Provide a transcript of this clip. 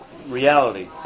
Reality